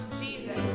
Jesus